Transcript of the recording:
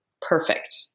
perfect